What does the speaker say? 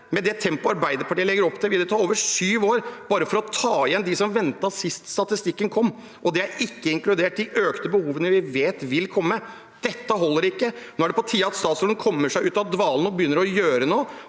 Med det tempoet Arbeiderpartiet legger opp til, vil det ta over syv år bare å ta igjen dem som ventet sist statistikken kom. Da er ikke de økte behovene vi vet vil komme, inkludert. Dette holder ikke. Nå er det på tide at statsråden kommer seg ut av dvalen og begynner å gjøre noe.